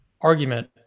argument